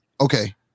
Okay